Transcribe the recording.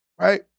Right